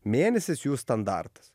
mėnesis jų standartas